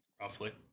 Roughly